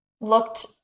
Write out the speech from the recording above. looked